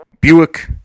Buick